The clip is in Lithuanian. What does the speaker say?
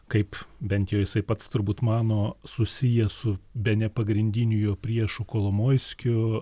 kaip bent jau jisai pats turbūt mano susijęs su bene pagrindiniu jo priešu kolomoiskiu